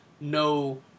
no